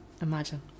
Imagine